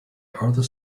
one